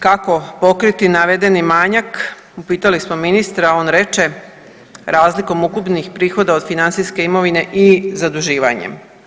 Kako pokriti navedeni manjak upitali smo ministra on reče razlikom ukupnih prihoda od financijske imovine i zaduživanjem.